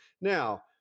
Now